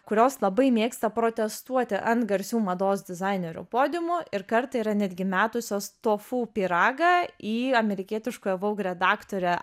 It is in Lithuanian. kurios labai mėgsta protestuoti ant garsių mados dizainerių podiumo ir kartą yra netgi metusios tofu pyragą į amerikietiškojo vogue redaktorę